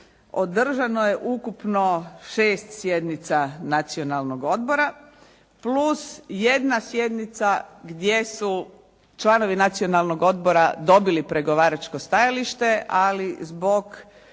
održano je ukupno 6 sjednica Nacionalnog odbora, plus jedna sjednica gdje su članovi Nacionalnog odbora dobili pregovaračko stajalište, ali zbog